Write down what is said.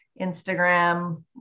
Instagram